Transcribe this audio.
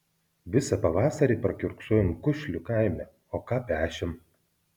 visą pavasarį prakiurksojom kušlių kaime o ką pešėm